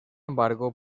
embargo